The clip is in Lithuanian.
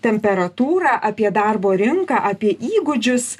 temperatūrą apie darbo rinką apie įgūdžius